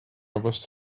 was